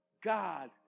God